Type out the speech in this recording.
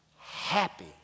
Happy